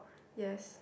yes